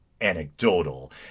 anecdotal